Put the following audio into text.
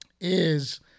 is-